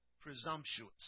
presumptuous